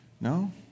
No